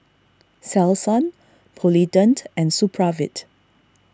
Selsun Polident and Supravit